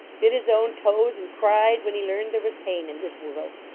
hit his own toes and cried when he learned there was pain in this world.